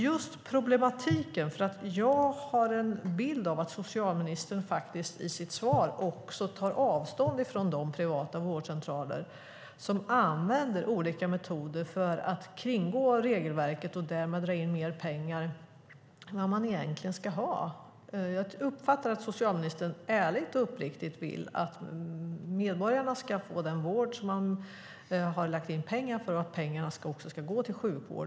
Jag har en bild av att socialministern i sitt svar tog avstånd från de privata vårdcentraler som använder olika metoder för att kringgå regelverket och därmed dra in mer pengar än de egentligen ska ha. Jag uppfattar att socialministern ärligt och uppriktigt vill att medborgarna ska få den vård de har lagt in pengar för och att pengarna ska gå till sjukvård.